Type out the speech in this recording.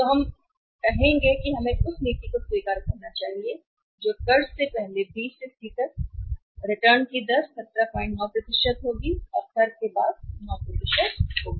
सो हम् यह कहेंगे कि हमें उस नीति को स्वीकार करना चाहिए जो कर से पहले बी से सी तक होगी रिटर्न की दर 179 होगी और कर के बाद 9 होगी